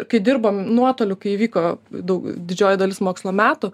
kai dirbom nuotoliu kai įvyko daug didžioji dalis mokslo metų